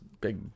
big